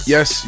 Yes